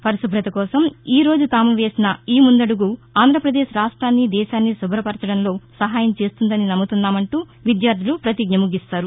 పరిశుభ్రత కోసం ఈరోజు తాము వేసిన ఈ ముందడుగు ఆంధ్రప్రదేశ్ రాష్ట్వాన్ని దేశాన్ని శుభ్రపరచడంలో సహాయం చేస్తుందని నమ్ముతున్నామంటూ విద్యార్టలు పతిజ్ఞ ముగిస్తారు